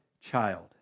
child